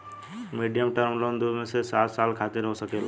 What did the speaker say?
medium term loan दू से सात साल खातिर हो सकेला